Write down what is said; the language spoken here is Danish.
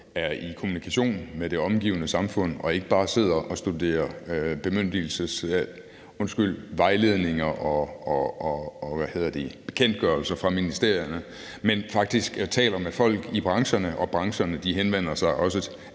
er i kommunikation med det omgivende samfund og ikke bare sidder og studerer vejledninger og bekendtgørelser fra ministerierne, men faktisk taler med folk i brancherne. Brancherne henvender sig også